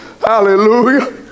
Hallelujah